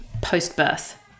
post-birth